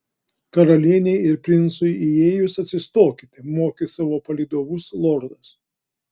karalienei ir princui įėjus atsistokite mokė savo palydovus lordas